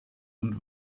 und